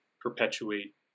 perpetuate